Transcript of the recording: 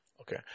Okay